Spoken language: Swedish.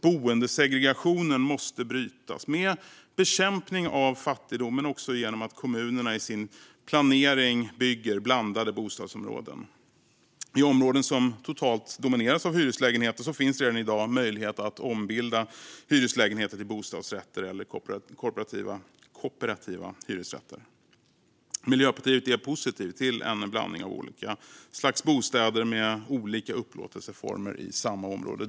Boendesegregationen måste brytas med bekämpning av fattigdom, men också genom att kommunerna i sin planering bygger blandade bostadsområden. I områden som totalt domineras av hyreslägenheter finns redan i dag möjlighet att ombilda hyreslägenheter till bostadsrätter eller kooperativa hyresrätter. Miljöpartiet är positivt till en blandning av olika slags bostäder med olika upplåtelseformer i samma område.